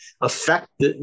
affect